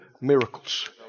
miracles